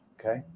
Okay